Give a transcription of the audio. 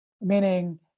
meaning